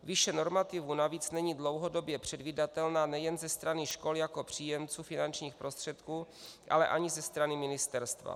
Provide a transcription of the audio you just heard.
Výše normativů navíc není dlouhodobě předvídatelná nejen ze strany škol jako příjemců finančních prostředků, ale ani ze strany ministerstva.